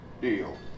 deal